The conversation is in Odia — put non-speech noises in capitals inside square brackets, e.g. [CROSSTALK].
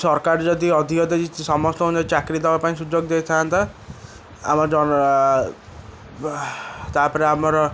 ସରକାର ଯଦି ଅଧିକ ଦେଇଛି ସମସ୍ତଙ୍କୁ ଯଦି ଚାକିରି ଦବାପାଇଁ ସୁଯୋଗ ଦେଇଥାନ୍ତା ଆମର [UNINTELLIGIBLE] ତାପରେ ଆମର